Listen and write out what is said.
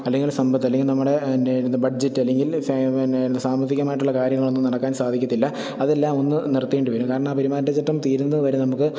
അല്ലെങ്കിൽ സമ്പത്ത് അല്ലെങ്കിൽ നമ്മുടെ ബഡ്ജറ്റ് അല്ലെങ്കിൽ പിന്നെ സാമ്പത്തികമായിട്ടുള്ള കാര്യങ്ങളൊന്നും നടക്കാൻ സാധിക്കത്തില്ല അതെല്ലാമൊന്ന് നിർത്തേണ്ടിവരും കാരണം ആ പെരുമാറ്റച്ചട്ടം തീരുന്നതുവരെ നമുക്ക്